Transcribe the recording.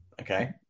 Okay